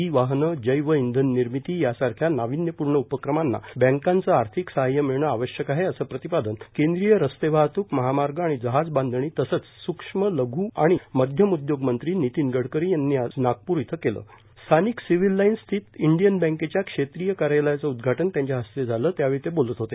E वाहनंए जैव इंधन निर्मिती यासारख्या नाविन्यपूर्ण उपक्रमांना बँकांचं आर्थिक सहाय्य मिळणं आवश्यक आहेर असं प्रतिपादन केंद्रीय रस्ते वाहतूकर महामार्ग आणि जहाजबांधणी तसंच सूक्ष्मए लघू आणि मध्यम उद्योग मंत्री नितीन गडकरी यांनी आज नागपूर इथं केलंण स्थानिक सिविल लाईन्स स्थित इंडियन बँकेच्या क्षेत्रीय कार्यालयाचं उद्घाटन त्यांच्या हस्ते झालं त्यावेळी ते बोलत होते